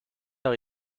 are